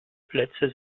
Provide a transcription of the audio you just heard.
plätze